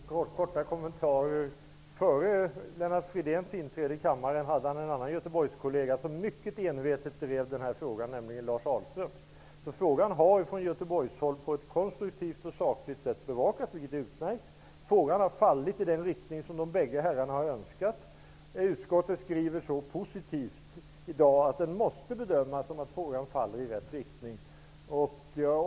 Herr talman! Jag skall bara ge ett par korta kommentarer. Före Lennart Fridéns inträde i kammaren fanns det en annan Göteborgskollega som mycket envetet drev den här frågan, nämligen Lars Ahlström. Frågan har alltså från Göteborgshåll bevakats på ett konstruktivt och sakligt sätt, vilket är utmärkt. Frågan har fallit i den riktning som de bägge herrarna har önskat. Utskottet skriver så positivt att det måste bedömas som att frågan faller i rätt riktning.